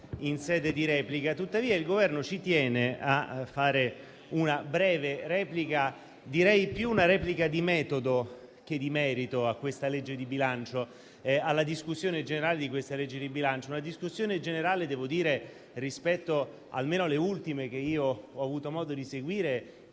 in sede di replica, tuttavia il Governo tiene a fare una breve replica, direi più una replica di metodo che di merito alla discussione generale di questa legge di bilancio. Una discussione generale, almeno rispetto alle ultime che ho avuto modo di seguire,